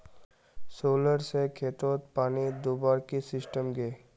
Solar से खेतोत पानी दुबार की सिस्टम छे?